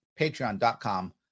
Patreon.com